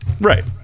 Right